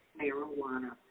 marijuana